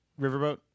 riverboat